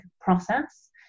process